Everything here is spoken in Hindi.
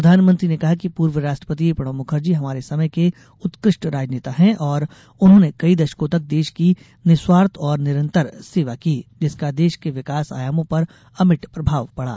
प्रधानमंत्री ने कहा कि पूर्व राष्ट्रपति प्रणब मुखर्जी हमारे समय के उत्कृष्ट राजनेता हैं और उन्होंने कई दशकों तक देश की निःस्वार्थ ओर निरन्तर सेवा की जिसका देश के विकास आयामों पर अमिट प्रभाव पड़ा